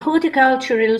horticultural